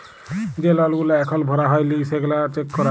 যে লল গুলা এখল ভরা হ্যয় লি সেগলা চ্যাক করা